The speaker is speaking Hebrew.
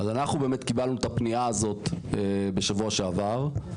אז אנחנו באמת קיבלנו את הפנייה הזאת בשבוע שעבר.